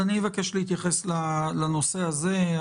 אני מבקש להתייחס לנושא הזה.